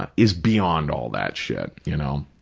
ah is beyond all that shit, you know.